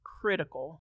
critical